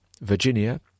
Virginia